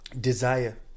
desire